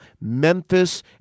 Memphis